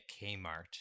Kmart